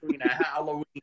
Halloween